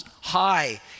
high